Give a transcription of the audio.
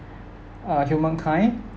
uh humankind